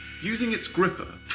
using its gripper,